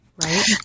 right